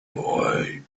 boy